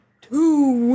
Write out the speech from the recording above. Two